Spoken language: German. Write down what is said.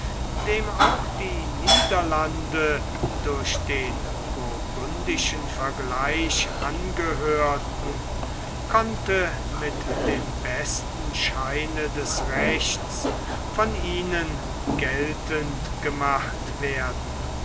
dem auch die niederlande durch den burgundischen vergleich angehörten konnte mit dem besten scheine des rechts von ihnen geltend gemacht werden